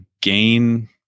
gain